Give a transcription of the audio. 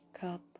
cup